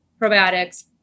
probiotics